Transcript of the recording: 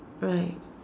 right